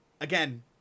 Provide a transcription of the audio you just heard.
again